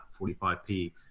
45p